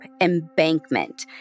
embankment